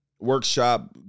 workshop